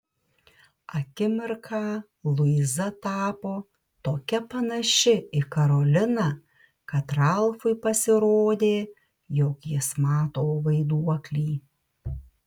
akimirką luiza tapo tokia panaši į karoliną kad ralfui pasirodė jog jis mato vaiduoklį